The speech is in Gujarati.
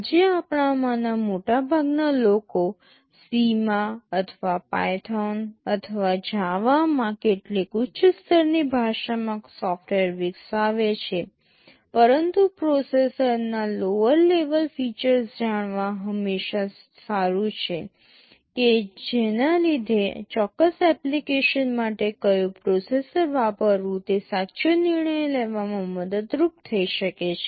આજે આપણામાંના મોટા ભાગના લોકો C માં અથવા પાયથોન અથવા Java માં કેટલીક ઉચ્ચ સ્તરની ભાષામાં સોફ્ટવેર વિકસાવે છે પરંતુ પ્રોસેસરના લોઅર લેવલ ફીચર્સ જાણવા હંમેશાં સારું છે કે જેના લીધે ચોક્કસ એપ્લિકેશન માટે કયું પ્રોસેસર વાપરવું તે સાચો નિર્ણય લેવામાં મદદરૂપ થઈ શકે છે